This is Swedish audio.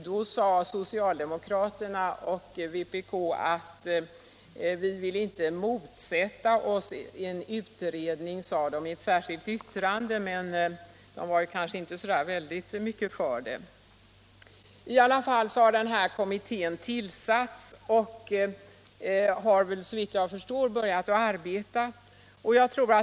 Då sade socialdemokraterna och vpk i ett särskilt yttrande att man inte ville motsätta sig en utredning, men man var inte speciellt för en sådan. Kommittén har i alla fall tillsatts och har, såvitt jag förstår, börjat arbeta.